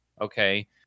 Okay